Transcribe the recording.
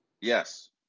yes